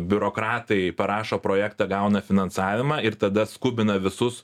biurokratai parašo projektą gauna finansavimą ir tada skubina visus